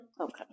Okay